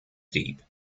deep